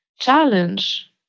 challenge